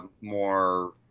more